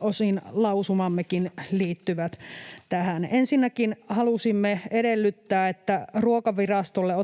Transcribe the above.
Osin lausumammekin liittyvät tähän. Ensinnäkin halusimme edellyttää, että ”Ruokavirastolle